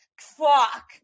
fuck